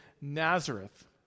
Nazareth